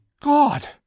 God